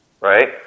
right